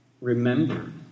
remember